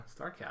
Starcast